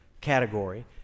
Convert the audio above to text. category